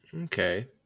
Okay